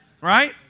Right